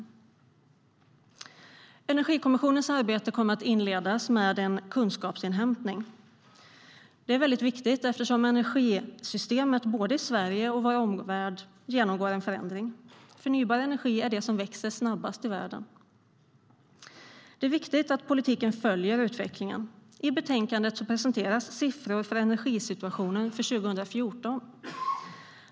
Energikommissionens arbete kommer att inledas med en kunskapsinhämtning. Det är mycket viktigt eftersom energisystemet både i Sverige och i vår omvärld genomgår en förändring. Förnybar energi är det som växer snabbast i världen. Det är viktigt att politiken följer utvecklingen. I betänkandet presenteras siffror för energisituationen för 2014.